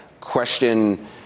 question